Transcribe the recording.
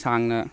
ꯁꯥꯡꯅ